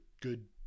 good